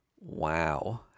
Wow